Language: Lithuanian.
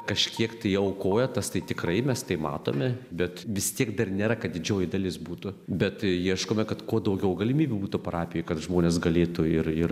kažkiek tai aukoja tas tai tikrai mes tai matome bet vis tiek dar nėra kad didžioji dalis būtų bet ieškome kad kuo daugiau galimybių būtų parapijoj kad žmonės galėtų ir ir